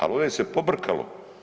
Ali ovdje se pobrkalo.